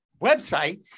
website